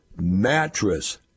mattress